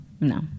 No